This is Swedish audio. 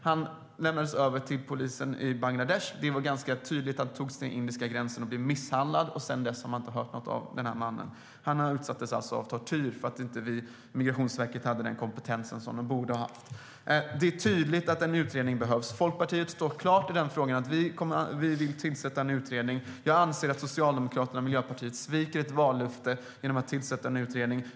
Han lämnades över till polisen i Bangladesh. Han tog sig in vid indiska gränsen och blev misshandlad. Sedan dess har man inte hört något av mannen. Han utsattes alltså för tortyr för att Migrationsverket inte hade den kompetens som de borde ha haft. Det är tydligt att en utredning behövs. Folkpartiet står fast i frågan om att vi vill tillsätta en utredning. Jag anser att Socialdemokraterna och Miljöpartiet sviker ett vallöfte genom att inte tillsätta en utredning.